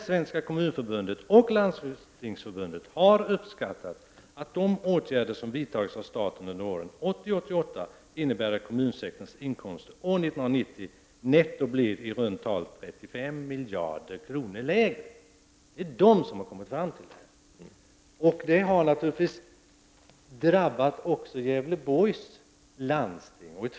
Svenska kommunförbudet och Landstingsförbundet har uppskattat att de åtgärder som har vidtagits av staten under åren 1980—1988 innebär att kommunsektorns inkomster år 1990 netto blir i runt tal 35 miljarder kronor lägre. Det är Kommunförbundet och Landstingsförbundet som har kommit fram till detta. Det har naturligtvis drabbat även Gävleborgs läns landsting.